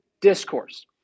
discourse